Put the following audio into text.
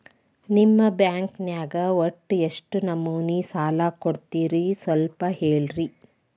ನಿಮ್ಮ ಬ್ಯಾಂಕ್ ನ್ಯಾಗ ಒಟ್ಟ ಎಷ್ಟು ನಮೂನಿ ಸಾಲ ಕೊಡ್ತೇರಿ ಸ್ವಲ್ಪ ಹೇಳ್ರಿ